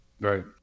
Right